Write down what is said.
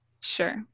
Sure